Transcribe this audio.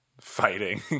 fighting